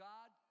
God